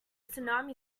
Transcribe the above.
tsunami